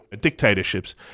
dictatorships